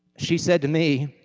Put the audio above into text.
she said to me,